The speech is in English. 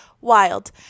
Wild